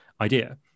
idea